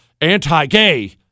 anti-gay